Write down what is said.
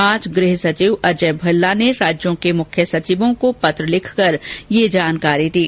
आज गृह सचिव अजय भल्ला ने राज्यों के मुख्य सचिवों को पत्र लिखकर यह जानकारी दी